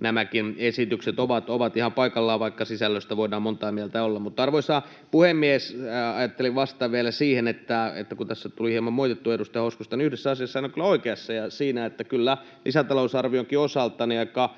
nämäkin esitykset ovat ihan paikallaan, vaikka sisällöstä voidaan montaa mieltä olla. Arvoisa puhemies! Ajattelin vastata vielä siihen, että kun tässä tuli hieman moitittua edustaja Hoskosta, niin yhdessä asiassa hän on kyllä oikeassa: siinä, että kyllä, lisätalousarvionkin osalta aika